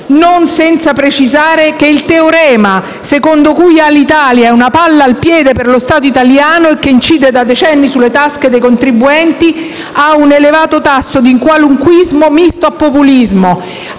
opportuno precisare che il teorema secondo cui Alitalia è una palla al piede per lo Stato italiano che incide da decenni sulle tasche dei contribuenti ha un elevato tasso di qualunquismo misto a populismo.